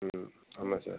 ம் ஆமாம் சார்